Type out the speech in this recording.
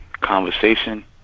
conversation